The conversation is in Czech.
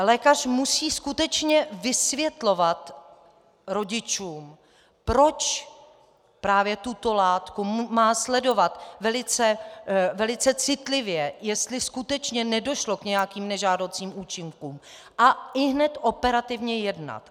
Lékař musí skutečně vysvětlovat rodičům, proč právě tuto látku má sledovat velice citlivě, jestli skutečně nedošlo k nějakým nežádoucím účinkům, a ihned operativně jednat.